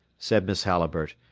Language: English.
said miss halliburtt,